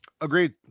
Agreed